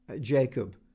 Jacob